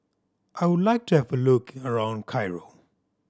I would like to have a look around Cairo